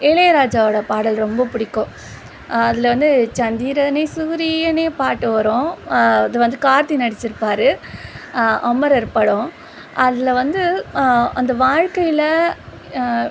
இளையராஜாவோட பாடல் ரொம்ப பிடிக்கும் அதில் வந்து சந்திரனே சூரியனே பாட்டு வரும் அது வந்து கார்த்தி நடிச்சிருப்பார் அமரர் படம் அதில் வந்து அந்த வாழ்க்கையில